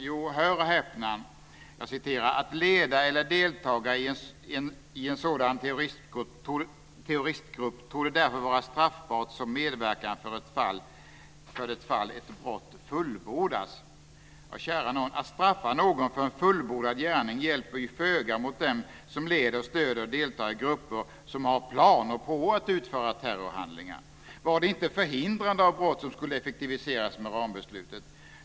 Jo, hör och häpna: "att leda eller deltaga i en sådan terroristgrupp torde därför vara straffbart som medverkan för det fall ett brott fullbordas". Ja, kära nån! Att straffa någon för en fullbordad gärning hjälper ju föga mot dem som leder, stöder och deltar i grupper som har planer på att utföra terrorhandlingar. Var det inte förhindrande av brott som skulle effektiviseras med rambeslutet?